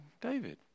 David